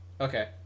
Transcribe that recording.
okay